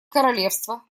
королевство